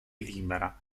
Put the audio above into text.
libera